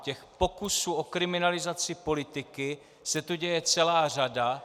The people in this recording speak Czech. Těch pokusů o kriminalizaci politiky se tu děje celá řada.